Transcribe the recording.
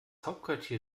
hauptquartier